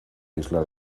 isla